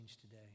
today